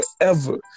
forever